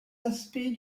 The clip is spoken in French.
aspects